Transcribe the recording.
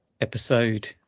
episode